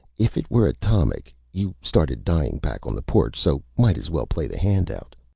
if it were atomic, you started dying back on the porch, so might as well play the hand out.